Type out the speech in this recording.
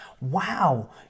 wow